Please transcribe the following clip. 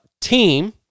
team